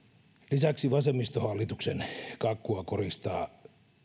lisäksi vasemmistohallituksen kakkua koristaa